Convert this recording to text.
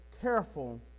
careful